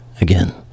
Again